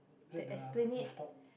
is that the rooftop